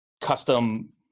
custom